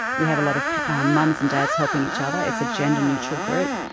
we have a lot of mums and dads helping each other. it's a gender neutral group.